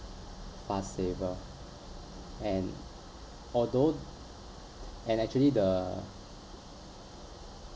fast saver and although and actually the